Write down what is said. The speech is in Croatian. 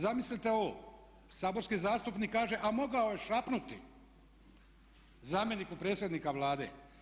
Zamislite ovo, saborski zastupnik kaže a mogao je šapnuti zamjeniku predsjednika Vlade.